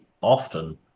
often